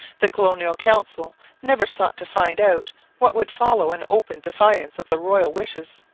the colonial council never sought to find out what would follow an open defiance of the royal wishes.